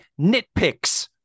nitpicks